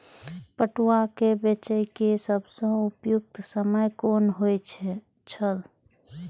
पटुआ केय बेचय केय सबसं उपयुक्त समय कोन होय छल?